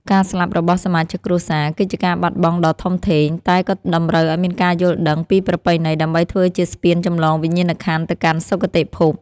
ការស្លាប់របស់សមាជិកគ្រួសារ គឺជាការបាត់បង់ដ៏ធំធេង តែក៏តម្រូវឱ្យមានការយល់ដឹងពីប្រពៃណីដើម្បីធ្វើជាស្ពានចម្លងវិញ្ញាណក្ខន្ធទៅកាន់សុគតិភព។